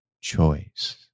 choice